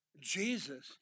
Jesus